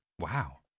Wow